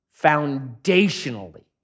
foundationally